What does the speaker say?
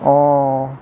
অঁ